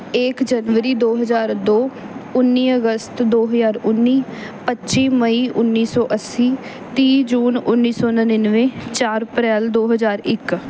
ਇੱਕ ਜਨਵਰੀ ਦੋ ਹਜ਼ਾਰ ਦੋ ਉੱਨੀ ਅਗਸਤ ਦੋ ਹਜ਼ਾਰ ਉੱਨੀ ਪੱਚੀ ਮਈ ਉੱਨੀ ਸੌ ਅੱਸੀ ਤੀਹ ਜੂਨ ਉੱਨੀ ਸੌ ਨੜ੍ਹਿਨਵੇਂ ਚਾਰ ਅਪ੍ਰੈਲ ਦੋ ਹਜ਼ਾਰ ਇੱਕ